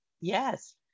yes